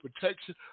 protection